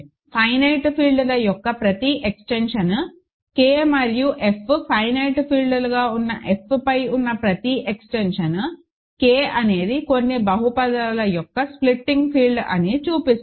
finite ఫీల్డ్ల యొక్క ప్రతి ఎక్స్టెన్షన్ K మరియు F ఫైనైట్ ఫీల్డ్లుగా ఉన్న F పై ఉన్న ప్రతి ఎక్స్టెన్షన్ K అనేది కొన్ని బహుపది యొక్క స్ప్లిటింగ్ ఫీల్డ్ అని చూపిస్తుంది